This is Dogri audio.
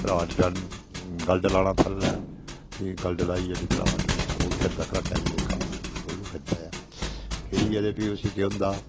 घराट चलन गल्ड लाना थल्लै फ्ही गल्ड लाइयै ओह् फिरदा घराटा आह्ला लेखा कोह्लू फिरदा ऐ फिरियै फ्ही उस्सी केह् होंदा